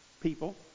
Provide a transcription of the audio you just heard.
people